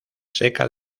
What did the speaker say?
seca